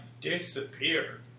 disappear